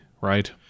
right